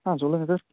ஆ சொல்லுங்கள் சார்